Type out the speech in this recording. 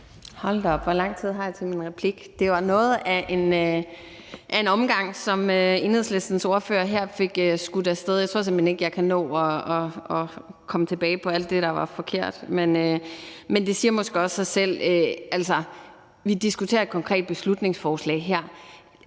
Hold da op, hvor lang tid har jeg til min replik? Det var noget af en omgang, som Enhedslistens ordfører her fik skudt af sted. Jeg tror simpelt hen ikke, at jeg kan nå at vende tilbage om alt det, der var forkert, men det siger måske også sig selv. Altså, vi diskuterer et konkret beslutningsforslag her,